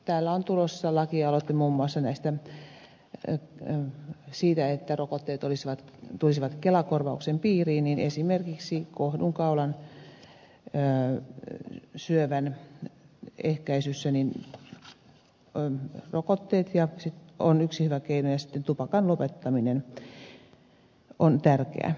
täällä on tulossa lakialoite muun muassa siitä että rokotteet tulisivat kelakorvauksen piiriin ja esimerkiksi kohdunkaulan syövän ehkäisyssä rokotteet ovat yksi hyvä keino ja sitten tupakoinnin lopettaminen on tärkeää